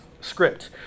script